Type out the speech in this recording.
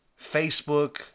Facebook